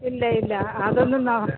ഇല്ല ഇല്ല അത് ഒന്നും നോ